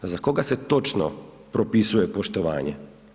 Za koga se točno propisuje poštovanje?